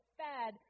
fed